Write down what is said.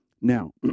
Now